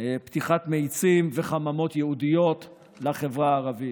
פתיחת מאיצים וחממות ייעודיות לחברה הערבית.